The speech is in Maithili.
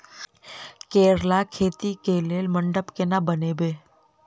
करेला खेती कऽ लेल मंडप केना बनैबे?